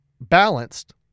balanced